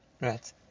Right